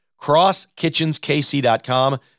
CrossKitchensKC.com